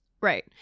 Right